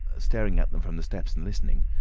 staring at them from the steps and listening,